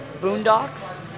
boondocks